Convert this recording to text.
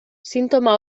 sintoma